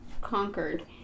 conquered